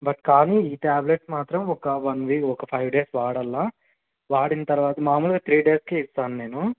but కానీ ఈ tablets మాత్రం ఒక వన్ వీక్ ఒక వన్ ఫైవ్ డేస్ వాడాలా వాడిన తరువాత మామూలుగా త్రీ డేస్కే ఇస్తాను నేను